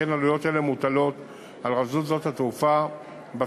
שכן עלויות אלה מוטלות על רשות שדות התעופה בשדה